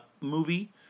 movie